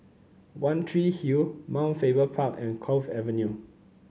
One Tree Hill Mount Faber Park and Cove Avenue